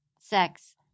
sex